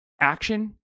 action